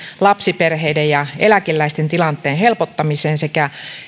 lapsiperheiden ja eläkeläisten tilanteen helpottamiseen sekä